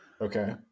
Okay